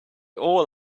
all